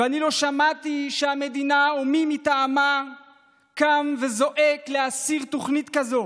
ואני לא שמעתי שהמדינה או מי מטעמה קם וזועק להסיר תוכנית כזאת